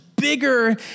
bigger